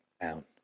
down